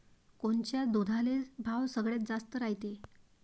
कोनच्या दुधाले भाव सगळ्यात जास्त रायते?